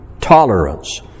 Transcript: tolerance